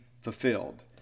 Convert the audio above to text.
fulfilled